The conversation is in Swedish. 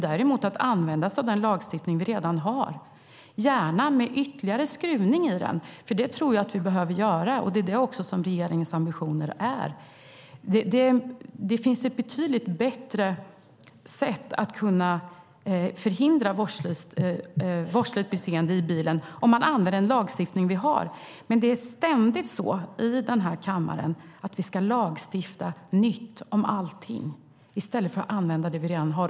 Däremot ska vi använda oss av den lagstiftning vi redan har, gärna med ytterligare skruvning. Det tror jag att vi behöver ha, och det är också det som är regeringens ambition. Det finns ett betydligt bättre sätt att förhindra vårdslöst beteende i bilen om man använder den lagstiftning vi har. Men det är ständigt så i den här kammaren att vi ska lagstifta nytt om allting i stället för att använda det vi redan har.